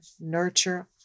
nurture